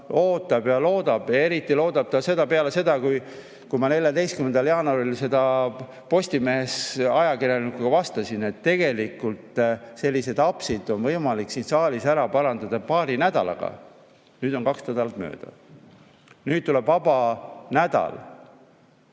ootab ja loodab. Eriti loodab ta seda peale seda, mis ma 14. jaanuaril Postimehe ajakirjanikule vastasin, et tegelikult on sellised apsud võimalik siin saalis ära parandada paari nädalaga. Nüüd on kaks nädalat möödas. Nüüd tuleb vaba nädal.